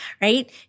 right